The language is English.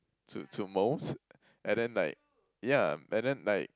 to to most and then like ya and then like